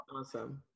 Awesome